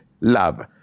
love